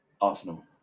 Arsenal